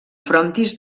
frontis